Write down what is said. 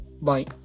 Bye